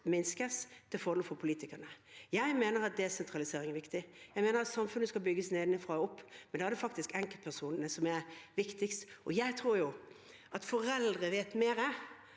minskes til fordel for politikernes. Jeg mener at desentralisering er viktig. Jeg mener at samfunnet skal bygges nedenfra og opp, og da er det faktisk enkeltpersonene som er viktigst. Jeg tror foreldre vet mer,